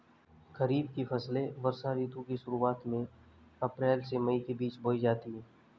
खरीफ की फसलें वर्षा ऋतु की शुरुआत में अप्रैल से मई के बीच बोई जाती हैं